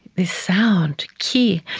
this sound, ki,